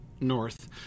north